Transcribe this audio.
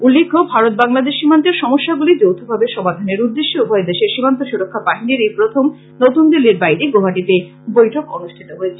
উল্লেখ্য ভারত বাংলাদেশ সীমান্তের সমস্যাগুলি যৌথভাবে সমাধানের উদ্দেশ্যে উভয় দেশের সীমান্ত সুরক্ষা বাহিনীর এই প্রথম নতুন দিল্লীর বাইরে গৌহাটীতে বৈঠক অনুষ্ঠিত হয়েছে